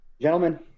Gentlemen